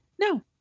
No